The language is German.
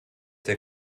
der